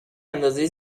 اندازه